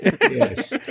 Yes